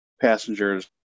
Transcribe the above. passengers